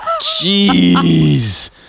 Jeez